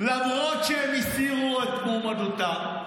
למרות שהם הסירו את מועמדותם,